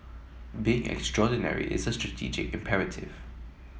being extraordinary is a strategic imperative